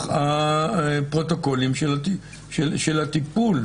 בפרוטוקולים של הטיפול.